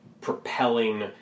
propelling